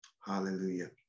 Hallelujah